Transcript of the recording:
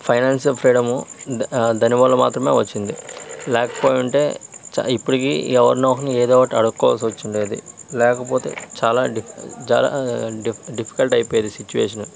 financial freedom దానివల్ల మాత్రమే వచ్చింది లేకపోయుంటే ఇప్పటికీ ఎవరినోకరిని ఏదో ఒకటి అడుక్కోవలసి వచ్చున్డేది లేకపోతే చాలా డిఫ్ చాలా డిఫ్ డిఫికల్ట్ అయిపోయేది సిట్యుయేషన్